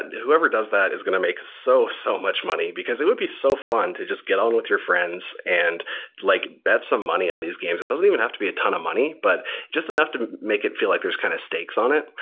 and whoever does that is going to make so, so much money, because it would be so fun to just get on with your friends and like bet some money on these games. it doesn't have to be a ton of money, but just enough to make it feel like there's kind of stakes on it.